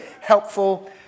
helpful